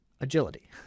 agility